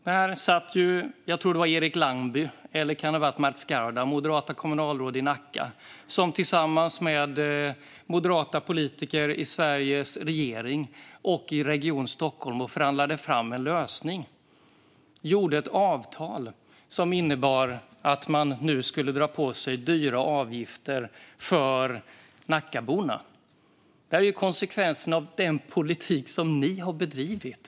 Jag tror att det var det moderata kommunalrådet Erik Langby - eller det kan ha varit Mats Gerdau - i Nacka, som tillsammans med moderata politiker i Sveriges regering och i Region Stockholm satt och förhandlade fram en lösning. Man upprättade ett avtal som innebar att man nu skulle dra på sig dyra avgifter för Nackaborna. Detta är konsekvenserna av den politik som ni har bedrivit.